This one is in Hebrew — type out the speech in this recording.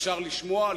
אפשר לשמוע,